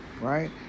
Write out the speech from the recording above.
right